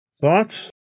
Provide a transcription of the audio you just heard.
Thoughts